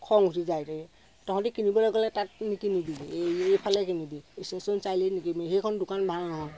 খং উঠি যায়গৈ তহঁতি কিনিবলৈ গ'লে তাত নিকিনিবিগৈ এই এইফালে কিনিবি ষ্টেশ্যন চাৰিআলিত নিকিনিবি সেইখন দোকান ভাল নহয়